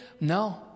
No